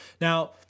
Now